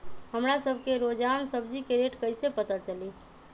हमरा सब के रोजान सब्जी के रेट कईसे पता चली?